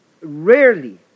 rarely